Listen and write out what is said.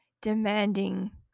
demanding